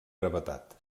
gravetat